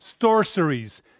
sorceries